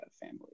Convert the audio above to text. family